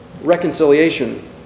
reconciliation